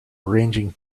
arranging